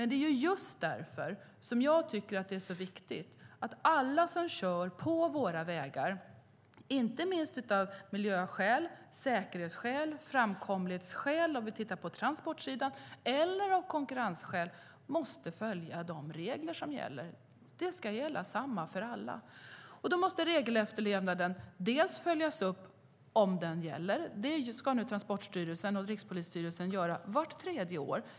Det är just därför jag tycker att det är viktigt att alla som kör på vägar måste följa de regler som gäller, inte minst av miljöskäl, säkerhetsskäl och framkomlighetsskäl om vi tittar på transportsidan eller av konkurrensskäl. De ska gälla likadant för alla. Regelefterlevnaden måste följas upp för att se om den gäller. Det ska Transportstyrelsen och Rikspolisstyrelsen ska göra vart tredje år.